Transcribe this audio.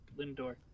Lindor